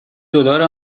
دلار